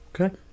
Okay